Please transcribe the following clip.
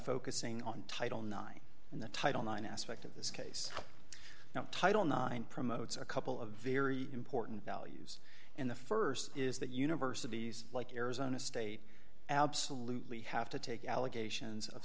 focusing on title nine in the title nine aspect of this case now title nine promotes a couple of very important values in the st is that universities like arizona state absolutely have to take allegations of